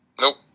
Nope